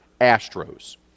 Astros